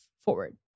forward